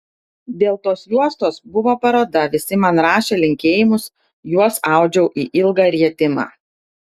dėl tos juostos buvo paroda visi man rašė linkėjimus juos audžiau į ilgą rietimą